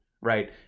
right